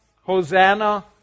Hosanna